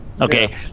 Okay